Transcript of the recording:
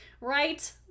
Right